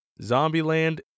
Zombieland